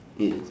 yes